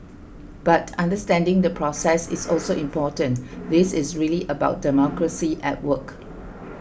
but understanding the process is also important this is really about democracy at work